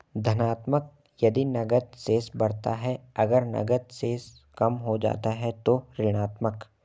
धनात्मक यदि नकद शेष बढ़ता है, अगर नकद शेष कम हो जाता है तो ऋणात्मक